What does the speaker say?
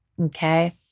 Okay